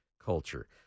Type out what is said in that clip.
culture